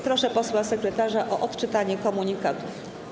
Proszę posła sekretarza o odczytanie komunikatów.